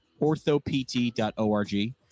orthopt.org